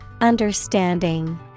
Understanding